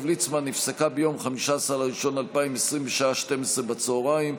ליצמן נפסקה ביום 15 בספטמבר 2020 בשעה 12:00,